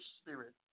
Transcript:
spirit